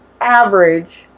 average